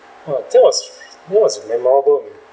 !wah! that was that was memorable